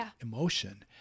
emotion